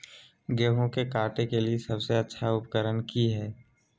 गेहूं के काटे के लिए सबसे अच्छा उकरन की है?